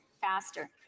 faster